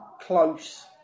close